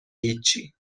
هیچی